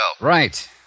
Right